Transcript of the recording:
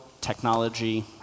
technology